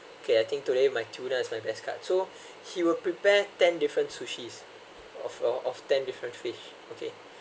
okay I think today my tuna's my best cut so he will prepare ten different sushi of all of ten different fish okay